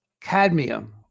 Cadmium